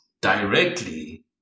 directly